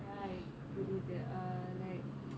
ya புரிந்து:purindhu uh like